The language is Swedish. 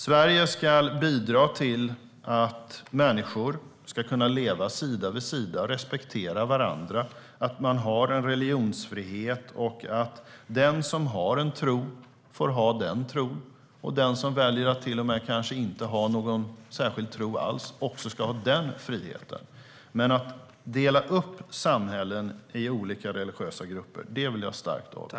Sverige ska bidra till att människor kan leva sida vid sida och respektera varandra. Religionsfriheten innebär att den som har en tro får ha den tron och att den som väljer att inte ha någon tro alls har den friheten. Att dela upp samhällen i olika religiösa grupper vill jag starkt avvisa.